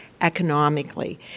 economically